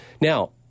Now